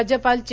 राज्यपाल चे